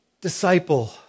Disciple